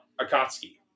Akatsuki